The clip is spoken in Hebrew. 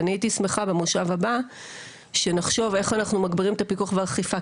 והייתי שמחה במושב הבא שנחשוב איך אנחנו מגבירים את הפיקוח והאכיפה.